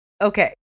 okay